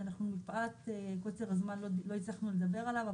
שאנחנו מפאת קוצר הזמן לא הצלחנו לדבר עליו,